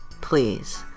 Please